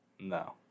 No